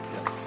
Yes